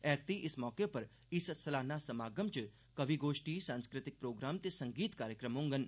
ऐगती इस मौके पर इस सालाना समागम च कवि गोष्ठी सांस्कृतिक प्रोग्राम ते संगीत कार्यक्रम होंडन